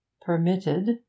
PERMITTED